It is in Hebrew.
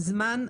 זמן,